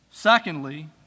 Secondly